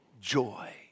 joy